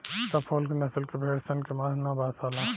Suffolk नसल के भेड़ सन के मांस ना बासाला